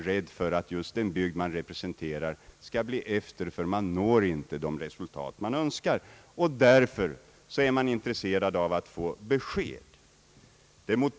Därför vill man gärna få besked om hur det skall bli i fortsättningen.